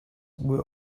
were